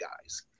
guys